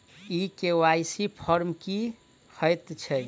ई KYC form की हएत छै?